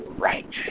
right